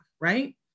Right